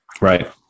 Right